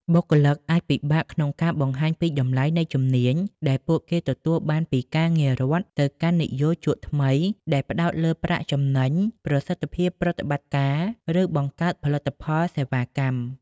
បុគ្គលិកអាចពិបាកក្នុងការបង្ហាញពីតម្លៃនៃជំនាញដែលពួកគេទទួលបានពីការងាររដ្ឋទៅកាន់និយោជកថ្មីដែលផ្តោតលើប្រាក់ចំណេញ ប្រសិទ្ធភាពប្រតិបត្តិការ ឬការបង្កើតផលិតផល/សេវាកម្ម។